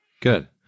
Good